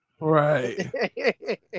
right